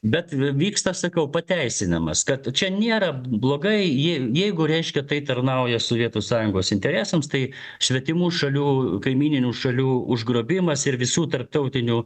bet vyksta sakau pateisinimas kad čia nėra blogai jeigu reiškia tai tarnauja sovietų sąjungos interesams tai svetimų šalių kaimyninių šalių užgrobimas ir visų tarptautinių